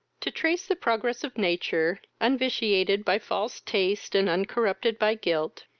to trace the progress of nature, unvitiated by false taste, and uncorrupted by guilt,